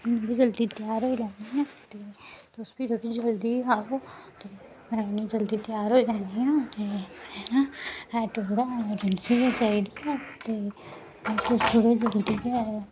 उतनी जल्दी त्यार हो जाऊंगी तुस बी जल्दी आओ में उ'न्नी जल्दी त्यार होई जानियां